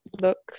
looks